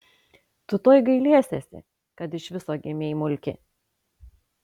tu tuoj gailėsiesi kad iš viso gimei mulki